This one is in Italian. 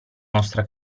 nostra